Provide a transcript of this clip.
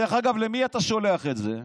דרך אגב, למי אתה שולח את זה?